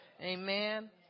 Amen